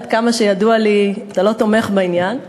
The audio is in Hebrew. עד כמה שידוע לי אתה לא תומך בעניין.